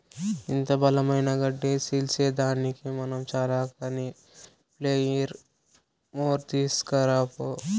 ఇంత బలమైన గడ్డి సీల్సేదానికి మనం చాల కానీ ప్లెయిర్ మోర్ తీస్కరా పో